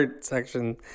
section